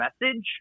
message